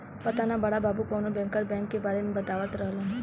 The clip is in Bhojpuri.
पाता ना बड़ा बाबु कवनो बैंकर बैंक के बारे में बतावत रहलन